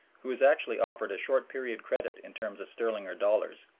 who is actually offered a short period credit in terms of sterling or dollars,